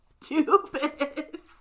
stupid